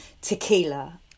tequila